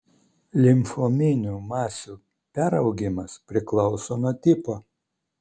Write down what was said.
limfominių masių peraugimas priklauso nuo tipo